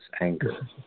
anger